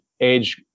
age